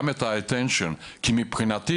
גם את תשומת הלב,